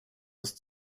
ist